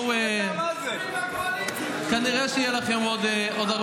אנחנו עובדים על זה, עובדים על זה.